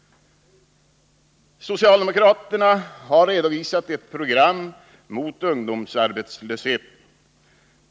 Socialdemokraterna har redovisat ett program mot ungdomsarbetslösheten.